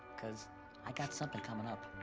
cause i got something coming up,